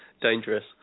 Dangerous